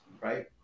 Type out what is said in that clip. right